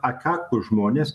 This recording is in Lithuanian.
atkaklūs žmonės